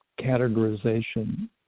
categorization